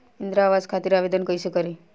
इंद्रा आवास खातिर आवेदन कइसे करि?